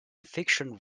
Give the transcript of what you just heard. fiction